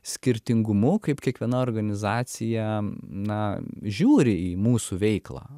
skirtingumu kaip kiekviena organizacija na žiūri į mūsų veiklą